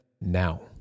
now